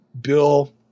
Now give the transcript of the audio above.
Bill